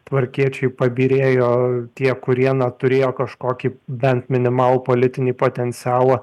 tvarkiečiai pabyrėjo tie kurie na turėjo kažkokį bent minimalų politinį potencialą